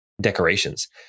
decorations